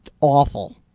awful